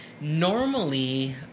normally